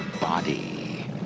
body